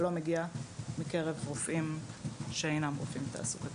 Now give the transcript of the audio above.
לא מגיע מקרב רופאים שאינם רופאים תעסוקתיים.